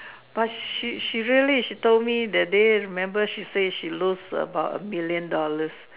but she she really she told me that day remember she say she lose about a million dollars